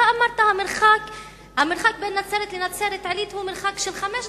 אתה אמרת שהמרחק בין נצרת לנצרת-עילית הוא מרחק של חמש דקות,